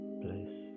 place